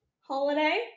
holiday